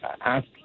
Ask